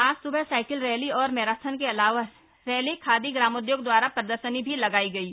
आज स्बह cycle rally और मैराथन के अलावा रैली खादी ग्रामोद्योग द्वारा प्रदर्शनी भी लगायी गयी